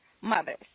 mothers